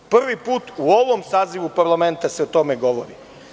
Prvi put u ovom sazivu parlamenta se o tome govori.